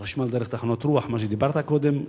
חשמל דרך תחנות רוח, מה שדיברת קודם.